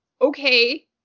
Okay